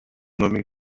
nommer